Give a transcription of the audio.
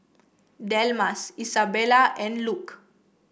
Delmas Isabella and Luke